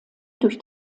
durch